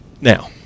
Now